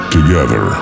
Together